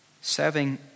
Serving